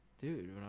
dude